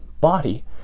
body